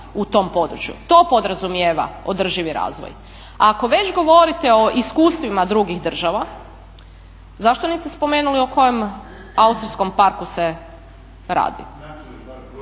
u tom području. To podrazumijeva održivi razvoj. Ako već govorite o iskustvima drugih država, zašto niste spomenuli o kojem austrijskom parku radi.